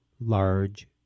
large